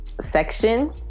section